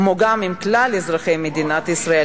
כמו גם עם כלל אזרחי ישראל,